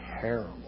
terrible